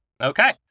Okay